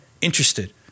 interested